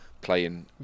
playing